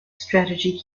strategy